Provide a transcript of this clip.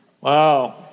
Wow